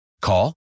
Call